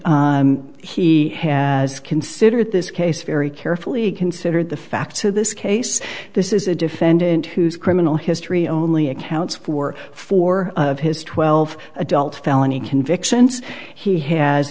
he has considered this case very carefully considered the fact to this case this is a defendant whose criminal history only accounts for four of his twelve adult felony convictions he ha